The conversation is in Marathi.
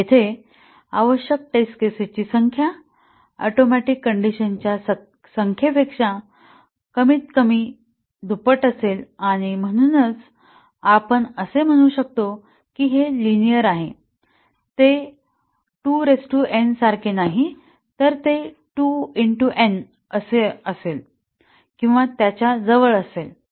येथे आवश्यक टेस्ट केसेस ची संख्या ऍटोमिक कंडिशनच्या संख्येपेक्षा कमीत कमी दुप्पट असेल आणि म्हणूनच आपण असे म्हणू शकतो की हे लिनियर आहे ते 2n सारखे नाही तर ते 2n असेल किंवा त्याच्या जवळ असेल